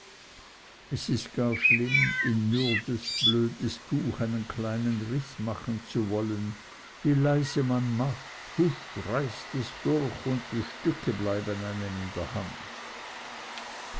es ist gar schlimm in mürbes blödes tuch einen kleinen riß machen zu wollen wie leise man macht husch reißt es durch und die stücke bleiben einem in der hand